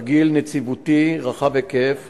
תרגיל נציבותי רחב היקף